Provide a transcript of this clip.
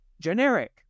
generic